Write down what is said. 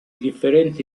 differenti